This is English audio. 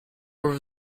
over